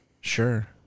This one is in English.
Sure